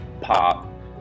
pop